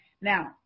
Now